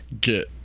get